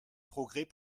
progrès